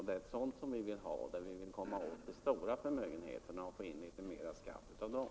Det är ett sådant som vi vill ha för att komma åt de stora förmögenheterna och få in litet mera skatt av dem.